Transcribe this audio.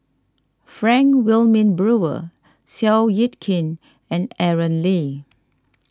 Frank Wilmin Brewer Seow Yit Kin and Aaron Lee